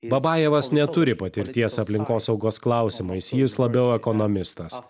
babajevas neturi patirties aplinkosaugos klausimais jis labiau ekonomistas